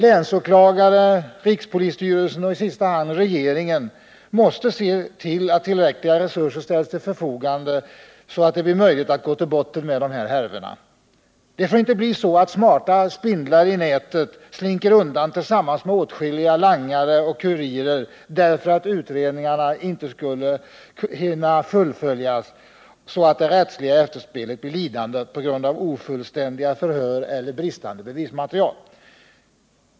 Länsåklagare, rikspolisstyrelsen och i sista hand regeringen måste se till att tillräckliga resurser ställs till förfogande, så att det blir möjligt att gå till botten med de här härvorna. Det får inte bli så att smarta spindlar i nätet slinker undan tillsammans med åtskilliga langare och kurirer därför att utredningarna inte hinner fullföljas, så att det rättsliga efterspelet blir lidande på grund av ofullständiga förhör eller bristande bevismaterial.